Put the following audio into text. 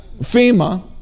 FEMA